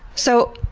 so,